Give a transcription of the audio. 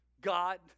God